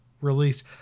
released